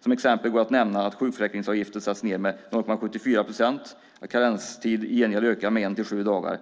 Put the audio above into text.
Som exempel går att nämna att sjukförsäkringsavgiften satts ned med 0,74 procent och att karenstiden i gengäld ökar med en till sju dagar.